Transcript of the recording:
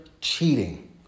cheating